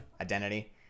Identity